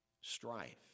Strife